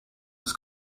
his